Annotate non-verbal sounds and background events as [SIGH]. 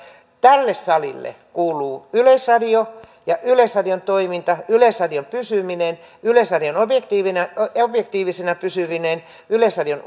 tälle salille kuuluvat yleisradio ja yleisradion toiminta yleisradion pysyminen yleisradion objektiivisena pysyminen yleisradion [UNINTELLIGIBLE]